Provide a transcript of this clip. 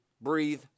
breathe